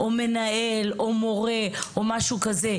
או מנהל או מורה או משהו כזה,